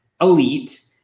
elite